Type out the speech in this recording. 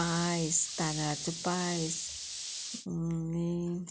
पायस तांदळाचो पायस आनी